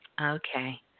okay